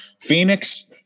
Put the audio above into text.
Phoenix